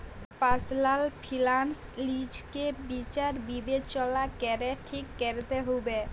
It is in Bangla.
পার্সলাল ফিলান্স লিজকে বিচার বিবচলা ক্যরে ঠিক ক্যরতে হুব্যে